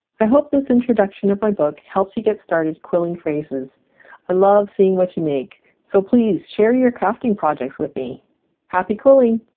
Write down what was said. i hope this introduction of my book helps you get started quilling phrases i love seeing what you make so please share your crafting projects with me happy quilling